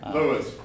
Lewis